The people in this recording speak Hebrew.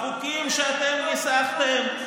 החוקים שאתם ניסחתם,